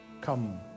Come